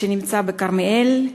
שנמצא בכרמיאל,